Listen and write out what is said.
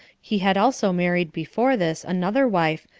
he had also married before this another wife,